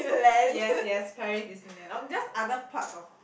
yes yes just other parts of